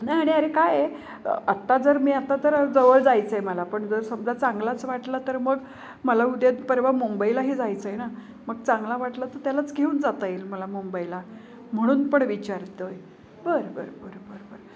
नाही आणि अरे काय आहे आत्ता जर मी आता तर जवळ जायचं आहे मला पण जर समजा चांगलाच वाटला तर मग मला उद्या परवा मुंबईलाही जायचं आहे ना मग चांगला वाटलं तर त्यालाच घेऊन जाता येईल मला मुंबईला म्हणून पण विचारतो आहे बरं बरं बरं बरं बरं